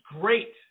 great